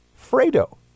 Fredo